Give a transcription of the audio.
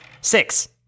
Six